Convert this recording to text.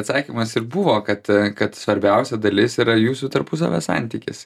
atsakymas ir buvo kad kad svarbiausia dalis yra jūsų tarpusavio santykis